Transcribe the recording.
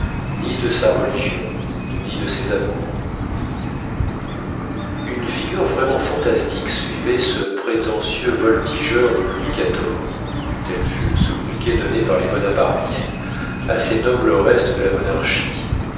ni de sa religion ni de ses amours une figure vraiment fantastique suivait ce prétentieux voltigeur de louis xiv tel fut le sobriquet donné par les bonapartistes à ces nobles restes de la monarchie